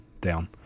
down